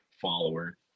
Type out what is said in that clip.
follower